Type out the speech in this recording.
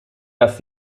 dass